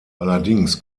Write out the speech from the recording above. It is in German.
allerdings